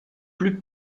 plus